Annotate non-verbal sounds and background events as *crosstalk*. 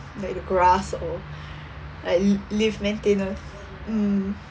like the grass or *breath* like l~ lift maintenance mm